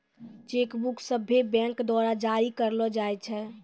cheque book सभ्भे bank द्वारा जारी करलो जाय छै